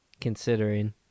considering